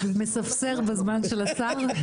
מספסר בזמן של השר.